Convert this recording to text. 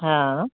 હા